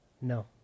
No